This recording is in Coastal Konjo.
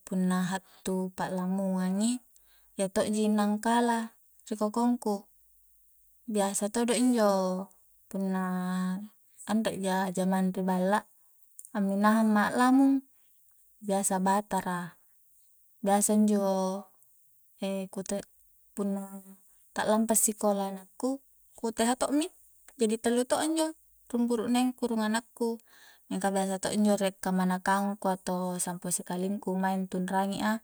punna hattu pa'lamungang i iya to'ji nangkala i kokongku, bisa todo injo punna anre ja jamang ri balla amminahang ma a'lamung biasa batara biasa injo e ku punna ta lampa sikola anakku ku teha to'mi rung burukneng ku rung anakku minga biasa to rie kamanangku atau sampo sikalingku mae antunrangi a